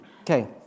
Okay